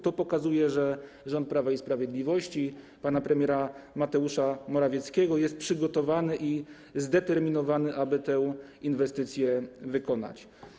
To pokazuje, że rząd Prawa i Sprawiedliwości, pana premiera Mateusza Morawieckiego, jest przygotowany i zdeterminowany, aby tę inwestycję wykonać.